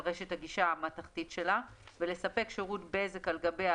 רשת הגישה המתכתית שלה ולספק שירות בזק על גביה,